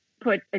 put